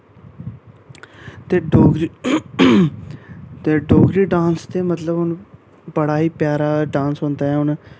ते डोगरी ते डोगरी डांस ते मतलब हून बड़ा ई प्यारा डांस होंदा ऐ हून